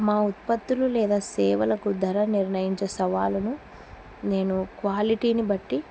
మా ఉత్పత్తులు లేదా సేవలకు ధర నిర్ణయించే సవాాలును నేను క్వాలిటీని బట్టి